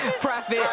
profit